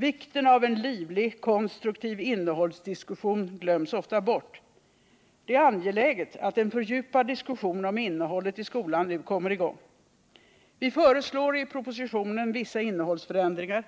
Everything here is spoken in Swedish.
Vikten av en livlig konstruktiv innehållsdiskussion glöms ofta bort. Det är angeläget att en fördjupad diskussion om innehållet i skolan nu kommer i gång. Vi föreslår i propositionen vissa innehållsförändringar